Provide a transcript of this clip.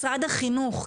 משרד החינוך,